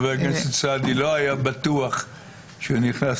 חבר הכנסת סעדי לא היה בטוח שהוא נכנס